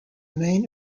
main